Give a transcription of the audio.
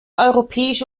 europäische